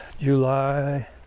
July